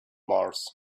mars